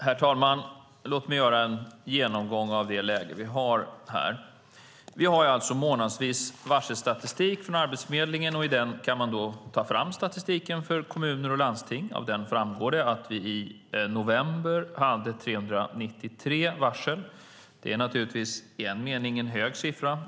Herr talman! Låt mig göra en genomgång av det läge vi har här. Vi har alltså månadsvis varselstatistik från Arbetsförmedlingen. Där kan man ta fram statistik för kommuner och landsting. Av den framgår det att vi i november hade 393 varsel. Det är naturligtvis i en mening en hög siffra.